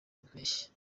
mpeshyi